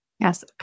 Yes